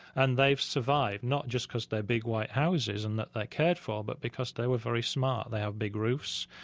and they've survived, not just because they're big white house and that they're cared for, but because they were very smart. they have big roofs.